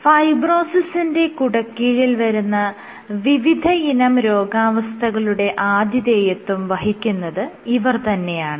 ഫൈബ്രോസിസിന്റെ കുടക്കീഴിൽ വരുന്ന വിവിധയിനം രോഗാവസ്ഥകളുടെ ആതിഥേയത്വം വഹിക്കുന്നത് ഇവർ തന്നെയാണ്